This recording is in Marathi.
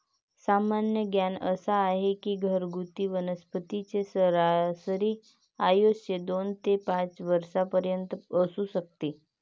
सामान्य ज्ञान असा आहे की घरगुती वनस्पतींचे सरासरी आयुष्य दोन ते पाच वर्षांपर्यंत असू शकते